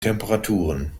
temperaturen